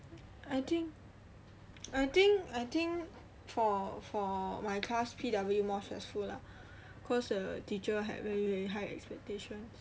I think I think I think for for my class P_W more stressful lah cause the teacher had very very high expectations